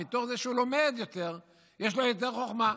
מתוך זה שהוא לומד יותר יש לו יותר חוכמה,